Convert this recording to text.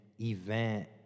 event